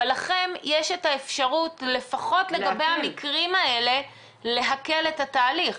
אבל לכם יש את האפשרות לפחות לגבי המקרים האלה להקל את התהליך.